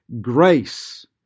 Grace